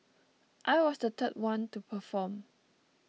I was the third one to perform